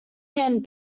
hand